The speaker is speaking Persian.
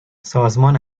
سازمان